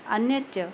अन्यच्च